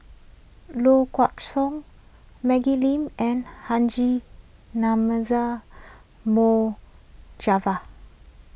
Low Kway Song Maggie Lim and Haji Namazie Mohd Javad